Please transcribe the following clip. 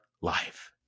life